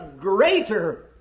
greater